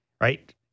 Right